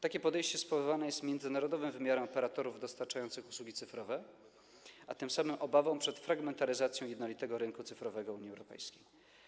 Takie podejście spowodowane jest międzynarodowym wymiarem operatorów dostarczających usługi cyfrowe, a tym samym obawą przed fragmentaryzacją jednolitego rynku cyfrowego Unii Europejskiej.